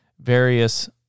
various